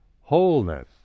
wholeness